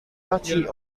duchy